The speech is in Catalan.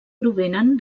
provenen